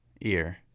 ear